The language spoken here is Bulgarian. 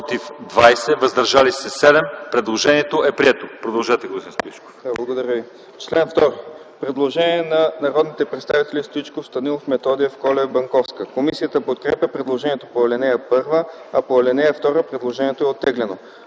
Предложението е прието.